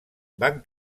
van